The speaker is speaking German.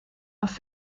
auf